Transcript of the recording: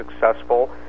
successful